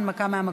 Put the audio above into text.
הנמקה מהמקום.